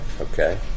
okay